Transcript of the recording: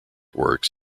works